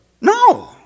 No